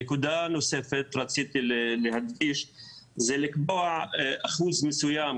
נקודה נוספת שרציתי להדגיש היא שצריך לקבוע אחוז תמורה מסוים.